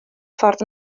ffordd